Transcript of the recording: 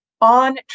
on